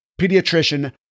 pediatrician